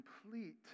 complete